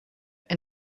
and